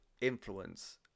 influence